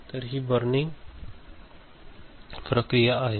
तर ही बर्निंग प्रक्रिया आहे